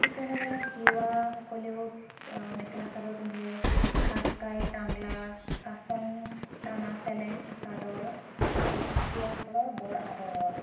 ঠিক তেনেদৰে তিৱাসকলেও মেখেলা চাদৰ পিন্ধে খাজকাই টাংলা কাচং টানা চেলেং চাদৰ তিৱাসকলৰ বৰ আদৰৰ